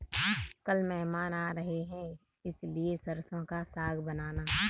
कल मेहमान आ रहे हैं इसलिए सरसों का साग बनाना